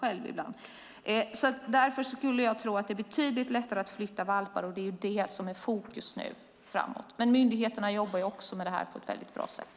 Jag tror som sagt att det är betydligt lättare att flytta valpar, och där ligger fokus. Myndigheterna jobbar också med detta på ett mycket bra sätt.